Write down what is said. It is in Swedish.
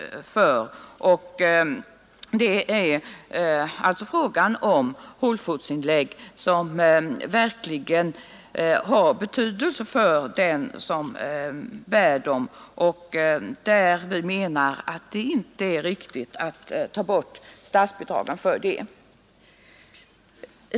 Det är alltså fråga om hålfotsinlägg som verkligen har betydelse för den som använder dem, och vi menar att det inte är riktigt att ta bort statsbidragen för dem.